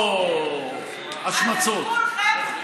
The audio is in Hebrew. הוא צריך ללכת הביתה?